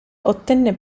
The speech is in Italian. ottenne